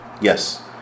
Yes